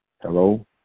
Hello